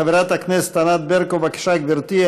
חברת הכנסת ענת ברקו, בבקשה, גברתי.